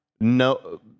no